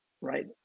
right